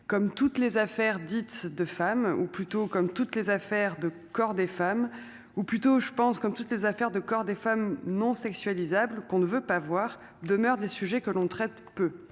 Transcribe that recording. comme toutes les affaires dites de femmes ou plutôt comme toutes les affaires de corps des femmes ou plutôt je pense comme toutes les affaires de corps des femmes non sexuelle Isablle qu'on ne veut pas voir demeurent des sujets que l'on traite peu